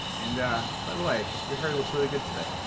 and, by the way, your hair looks really good today.